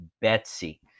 Betsy